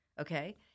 okay